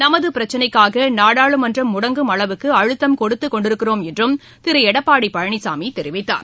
நமது பிரச்சிளைக்காக நாடாளுமன்றம் முடங்கும் அளவுக்கு அழுத்தம் கொடுத்துக்கொண்டிருக்கிறோம் என்றும் திரு எடப்பாடி பழனிசாமி தெரிவித்தார்